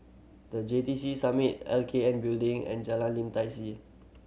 The J T C Summit L K N Building and Jalan Lim Tai See